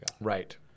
Right